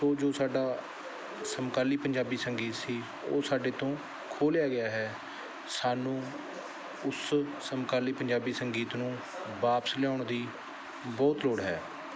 ਸੋ ਜੋ ਸਾਡਾ ਸਮਕਾਲੀ ਪੰਜਾਬੀ ਸੰਗੀਤ ਸੀ ਉਹ ਸਾਡੇ ਤੋਂ ਖੋਹ ਲਿਆ ਗਿਆ ਹੈ ਸਾਨੂੰ ਉਸ ਸਮਕਾਲੀ ਪੰਜਾਬੀ ਸੰਗੀਤ ਨੂੰ ਵਾਪਸ ਲਿਆਉਣ ਦੀ ਬਹੁਤ ਲੋੜ ਹੈ